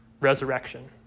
resurrection